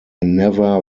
never